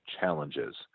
challenges